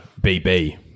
BB